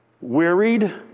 wearied